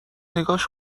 نگاش